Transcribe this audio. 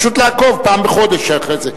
פשוט לעקוב פעם בחודש אחרי זה.